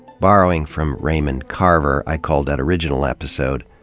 borrowing from raymond carver, i called that original episode,